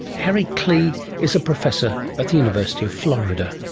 harry klee is a professor at the university of florida.